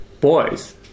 boys